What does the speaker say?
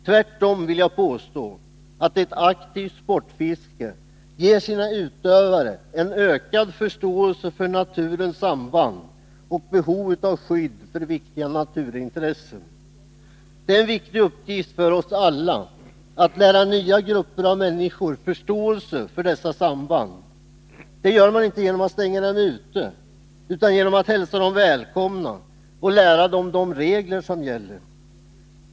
Tvärtom vill jag påstå att ett aktivt sportfiske ger sina utövare en ökad förståelse för naturens samband och behovet av skydd för viktiga naturintressen. Det är en viktig uppgift för oss alla att lära nya grupper av människor förståelse för dessa samband. Det gör man inte genom att stänga dem ute utan genom att hälsa dem välkomna och lära dem de regler som gäller.